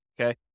okay